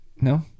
no